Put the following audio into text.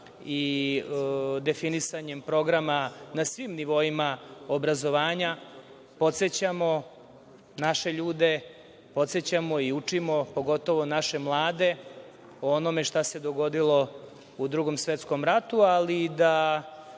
i definisanjem programa na svim nivoima obrazovanja, podsećamo naše ljude, podsećamo i učimo, pogotovo naše mlade, o onome šta se dogodilo u Drugom svetskom ratu, ali i da